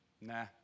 Nah